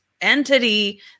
entity